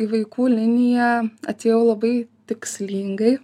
į vaikų liniją atėjau labai tikslingai